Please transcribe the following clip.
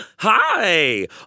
Hi